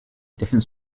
different